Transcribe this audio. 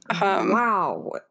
Wow